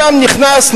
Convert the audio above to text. אדם נכנס,